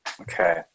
Okay